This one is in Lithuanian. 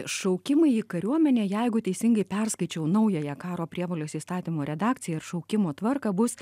šaukimai į kariuomenę jeigu teisingai perskaičiau naująją karo prievolės įstatymo redakciją ir šaukimo tvarką bus